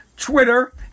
Twitter